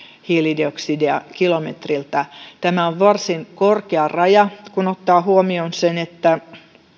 hiilidioksidia kilometriltä tämä on varsin korkea raja kun ottaa huomioon että